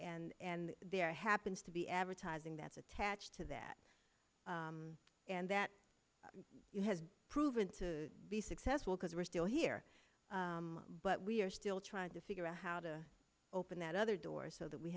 and there happens to be advertising that's attached to that and that has proven to be successful because we're still here but we're still trying to figure out how to open that other door so that we